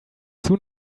soon